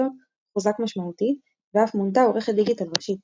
הראשי בני כבודי החל להגיש את דיווחי התנועה ובכך הצטרף להגשתה של מרקס.